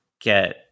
get